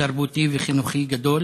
תרבותי וחינוכי גדול.